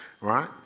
right